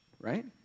Right